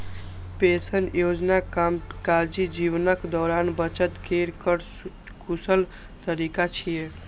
pension योजना कामकाजी जीवनक दौरान बचत केर कर कुशल तरीका छियै